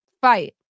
fight